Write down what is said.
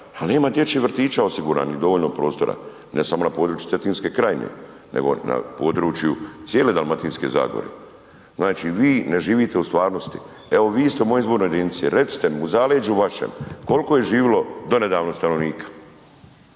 a nema dječjih vrtića osiguranih dovoljno prostora, ne samo na području Cetinske krajine nego na području cijele Dalmatinske zagore. Znači vi ne živite u stvarnosti, evo vi ste u mojoj izbornoj jedinici, recite mi u zaleđu vašem, koliko je živilo donedavno stanovnika?